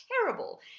terrible